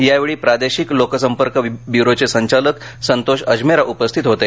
यावेळी प्रादेशिक लोकसंपर्क ब्यूरोचे संचालक संतोष अजमेरा उपस्थीत होते